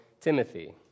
Timothy